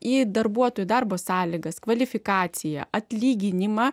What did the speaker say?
į darbuotojų darbo sąlygas kvalifikaciją atlyginimą